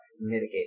mitigate